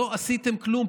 לא עשיתם כלום.